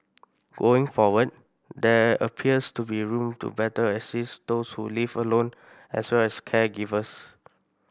going forward there appears to be room to better assist those who live alone as well as caregivers